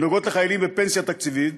שנוגעות לחיילים בפנסיה תקציבית,